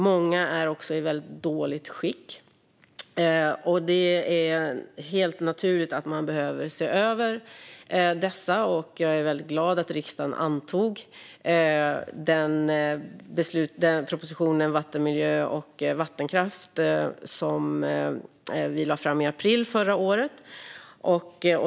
Många är också i väldigt dåligt skick. Det är helt naturligt att man behöver se över dessa, och jag är glad att riksdagen antog den proposition om vattenmiljö och vattenkraft som regeringen lade fram i april förra året.